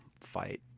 fight